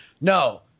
no